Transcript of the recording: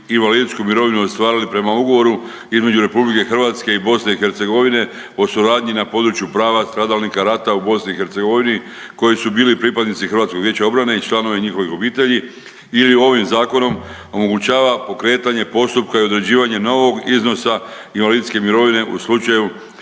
invalidsku mirovinu ostvarili prema ugovoru između RH i BiH o suradnji na području prava stradalnika rata u BiH koji su bili pripadnici HVO-a i članovi njihovih obitelji ili ovim zakonom, omogućava pokretanje postupka i određivanje novog iznosa invalidske mirovine u slučaju